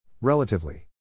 Relatively